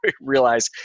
realize